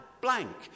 blank